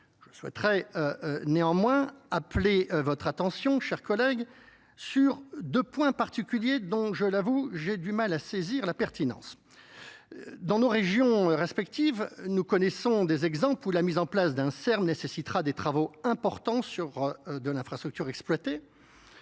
Je souhaiterais néanmoins appeler votre attention, chers collègues, sur deux points particuliers dont, je l'avoue, j'ai du mal à saisir la pertinence Dans nos régions respectives, nous connaissons des exemples où la mise en place d'un serre nécessitera des travaux importants sur de l'infrastructure exploitée